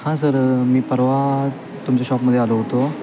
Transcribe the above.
हां सर मी परवा तुमच्या शॉपमध्ये आलो होतो